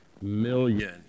million